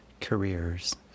careers